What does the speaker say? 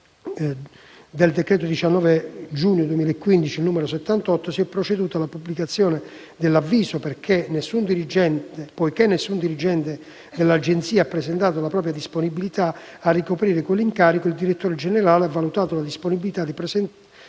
del decreto-legge 19 giugno 2015, n. 78, si è proceduto alla pubblicazione dell'avviso. Poiché nessun dirigente dell'Agenzia ha presentato la propria disponibilità a ricoprire l'incarico, il direttore generale ha valutato le disponibilità presentate